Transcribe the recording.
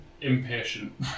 impatient